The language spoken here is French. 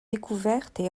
découvertes